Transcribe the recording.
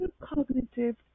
cognitive